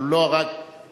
אבל הוא לא הרג תינוקות.